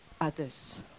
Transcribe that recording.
others